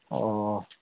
ꯑꯣ